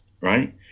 right